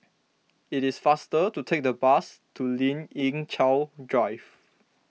it is faster to take the bus to Lien Ying Chow Drive